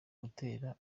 gutera